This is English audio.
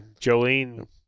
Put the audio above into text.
Jolene